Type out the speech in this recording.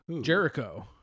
Jericho